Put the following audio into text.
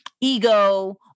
ego